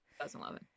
2011